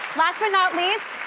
last but not least.